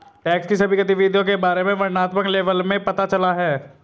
tax की सभी गतिविधियों के बारे में वर्णनात्मक लेबल में पता चला है